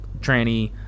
tranny